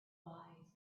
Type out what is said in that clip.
wise